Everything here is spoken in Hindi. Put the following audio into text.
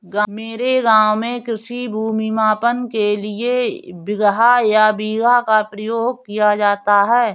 मेरे गांव में कृषि भूमि मापन के लिए बिगहा या बीघा का प्रयोग किया जाता है